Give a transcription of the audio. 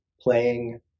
playing